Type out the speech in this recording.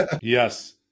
Yes